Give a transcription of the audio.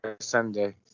Sunday